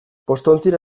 postontzira